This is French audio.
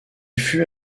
fut